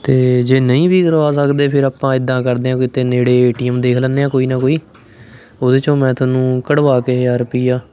ਅਤੇ ਜੇ ਨਹੀਂ ਵੀ ਕਰਵਾ ਸਕਦੇ ਫਿਰ ਆਪਾਂ ਇੱਦਾਂ ਕਰਦੇ ਹਾਂ ਕਿਤੇ ਨੇੜੇ ਏ ਟੀ ਐਮ ਦੇਖ ਲੈਂਦੇ ਹਾਂ ਕੋਈ ਨਾ ਕੋਈ ਉਹਦੇ 'ਚੋਂ ਮੈਂ ਤੁਹਾਨੂੰ ਕੱਢਵਾ ਕੇ ਹਜ਼ਾਰ ਰੁਪਈਆ